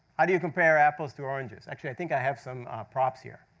how do you compare apples to oranges? actually, i think i have some props here.